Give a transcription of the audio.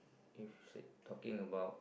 if she talking about